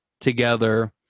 together